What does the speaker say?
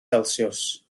celsius